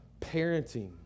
parenting